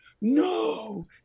No